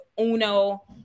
Uno